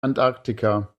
antarktika